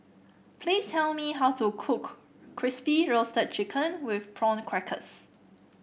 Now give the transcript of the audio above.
please tell me how to cook Crispy Roasted Chicken with Prawn Crackers